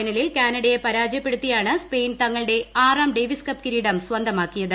ഫൈനലിൽ കാനഡയെ പരാജയപ്പെടുത്തിയാണ് സ്പെയിൻ തങ്ങളുടെ ആറാം ഡേവിസ് കപ്പ് കിരീടം സ്വന്തമാക്കിയത്